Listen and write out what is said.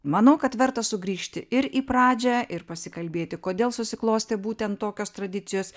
manau kad verta sugrįžti ir į pradžią ir pasikalbėti kodėl susiklostė būtent tokios tradicijos